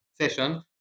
session